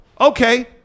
okay